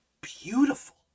beautiful